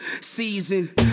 Season